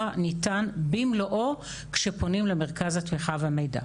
ניתן במלואו שפונים למרכז התמיכה והמידע.